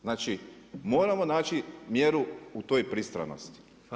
Znači moramo naći mjeru u toj pristranosti.